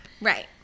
right